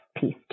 piece